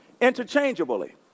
interchangeably